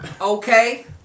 Okay